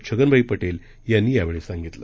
छगनभाईपटेलयांनीयावेळीसांगितलं